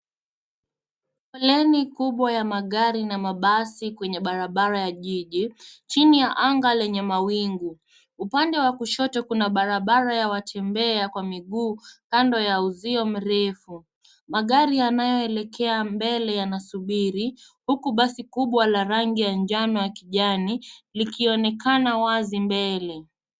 Foleni kubwa ya magari na mabasi kwenye barabara ya jiji chini ya anga lenye mawingu. Upande wa kushoto kuna barabara ya watembea kwa miguu kando ya uzio mrefu. Magari yanayoelekea mbele yanasubiri huku basi kubwa la rangi ya njano na kijani likionekana wazi mbele.